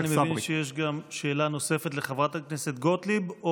ואני מבין שיש גם שאלה נוספת לחברת הכנסת גוטליב.